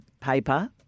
paper